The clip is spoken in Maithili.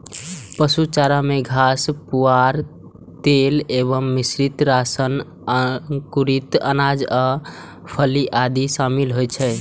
पशु चारा मे घास, पुआर, तेल एवं मिश्रित राशन, अंकुरित अनाज आ फली आदि शामिल होइ छै